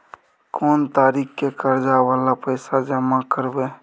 कोन तारीख के कर्जा वाला पैसा जमा करबे?